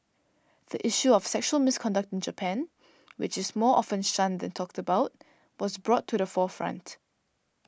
the issue of sexual misconduct in Japan which is more often shunned than talked about was brought to the forefront